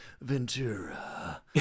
Ventura